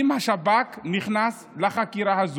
חבר הכנסת אייכלר,